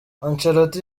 ancelotti